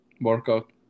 workout